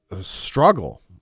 struggle